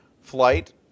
flight